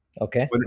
Okay